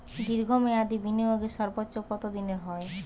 দীর্ঘ মেয়াদি বিনিয়োগের সর্বোচ্চ কত দিনের হয়?